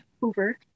Hoover